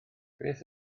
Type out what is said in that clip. beth